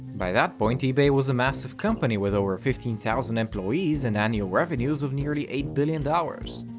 by that point ebay was a massive company with over fifteen thousand employees and annual revenues of nearly eight billion dollars.